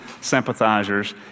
sympathizers